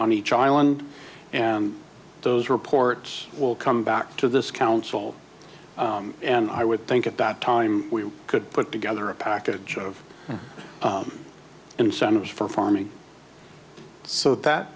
on each island and those reports will come back to this council and i would think at that time we could put together a package of incentives for farming so that